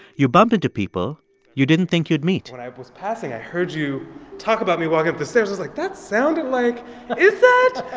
you bump into people you didn't think you'd meet when i was passing, i heard you talk about me walking up the stairs. i was like, that sounded like is that?